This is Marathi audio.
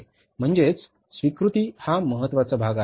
म्हणजे स्वीकृती हा महत्वाचा भाग आहे